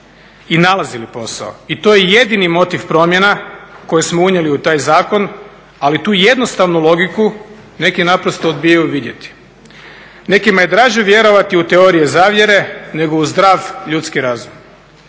i nalazili posao i to je jedini motiv promjena koje smo unijeli u taj zakon, ali tu jednostavnu logiku neki naprosto odbijaju vidjeti. Nekima je draže vjerovati u teorije zavjere nego u zdrav ljudski razum.